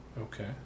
Okay